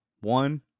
one